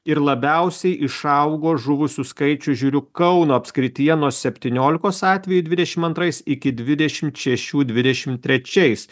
ir labiausiai išaugo žuvusių skaičių žiūriu kauno apskrityje nuo septyniolikos atvejų dvidešimt antrais iki dvidešimt šešių dvidešimt trečiais